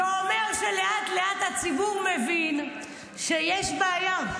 זה אומר שלאט-לאט הציבור מבין שיש בעיה,